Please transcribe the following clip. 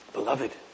Beloved